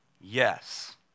Yes